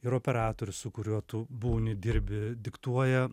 ir operatorius su kuriuo tu būni dirbi diktuoja